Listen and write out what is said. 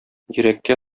йөрәккә